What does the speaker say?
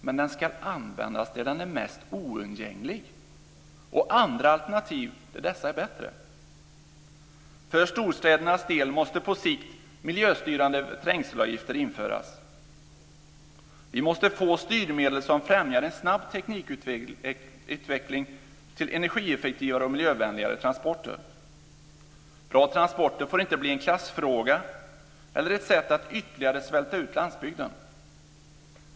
Men den ska användas där den är mest oundgänglig och andra alternativ där dessa är bättre. För storstädernas del måste på sikt miljöstyrande trängselavgifter införas. Vi måste få styrmedel som främjar en snabb teknikutveckling till energieffektivare och miljövänligare transporter. Bra transporter får inte bli en klassfråga eller ett sätt att ytterligare svälta ut landsbygden.